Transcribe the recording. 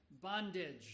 bondage